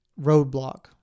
roadblock